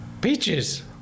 Peaches